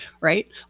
right